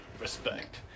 Respect